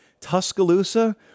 Tuscaloosa